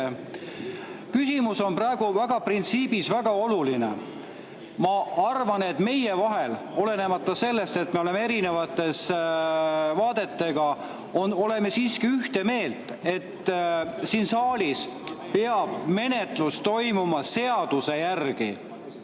Küsimus on praegu printsiibis väga oluline. Ma arvan, et meie, olenemata sellest, et me oleme erinevate vaadetega, oleme siiski ühte meelt, et siin saalis peab menetlus toimuma seaduse järgi.